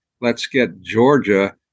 let's-get-Georgia